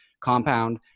compound